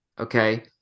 Okay